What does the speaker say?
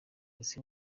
ese